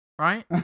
right